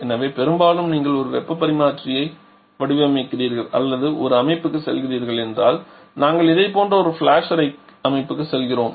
எனவே பெரும்பாலும் நீங்கள் ஒரு வெப்பப் பரிமாற்றியை வடிவமைக்கிறீர்கள் அல்லது அடுக்கு அமைப்புக்குச் செல்கிறீர்கள் என்றால் நாங்கள் இதைப் போன்ற ஒரு ஃபிளாஷ் அறை அமைப்புக்குச் செல்கிறோம்